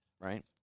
Right